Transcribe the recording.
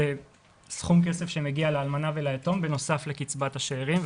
זה סכום כסף שמגיע לאלמנה וליתום בנוסף לקצבת השאירים,